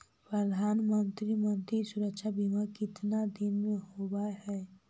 प्रधानमंत्री मंत्री सुरक्षा बिमा कितना दिन का होबय है?